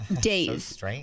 days